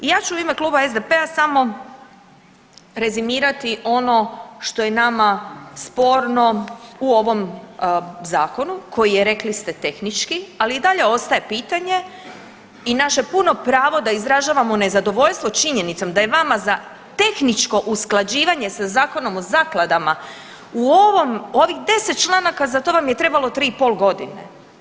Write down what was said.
Ja ću u ime kluba SDP-a samo rezimirati ono što je nama sporno u ovom zakonu koji je rekli ste tehnički, ali i dalje ostaje pitanje i naše je puno pravo da izražavamo nezadovoljstvo činjenicom da vama za tehničko usklađivanje sa Zakonom o zakladama u ovom u ovih deset članaka za to vam je trebalo tri i pol godine.